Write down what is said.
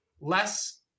less